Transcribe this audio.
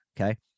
okay